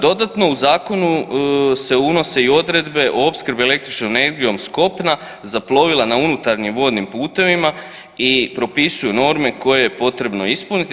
Dodatno u zakonu se unose i odredbe o opskrbi električnom energijom s kopna za plovila na unutarnjim vodnim putovima i propisuju norme koje je potrebno ispuniti.